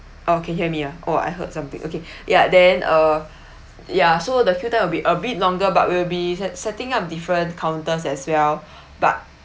oh can hear me ah oh I heard something okay ya then uh yeah so the queue there will be a bit longer but we will be set~ setting up different counters as well but